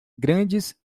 grandes